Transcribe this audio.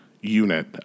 unit